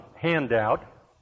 handout